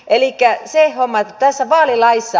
elikkä tämä vaalilaki